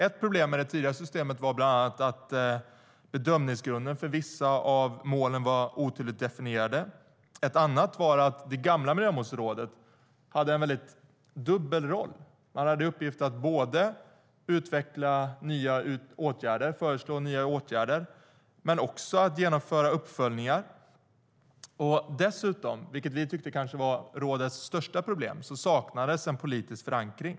Ett problem med det tidigare systemet var att bedömningsgrunden för vissa av målen var otydligt definierad. Ett annat var att det gamla miljömålsrådet hade en dubbel roll. Man hade i uppgift både att föreslå nya åtgärder och att genomföra uppföljningar. Dessutom, vilket vi tyckte var rådets kanske största problem, saknades en politisk förankring.